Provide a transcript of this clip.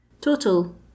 total